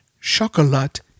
chocolate